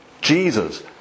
Jesus